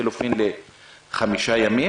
לחילופין לחמישה ימים.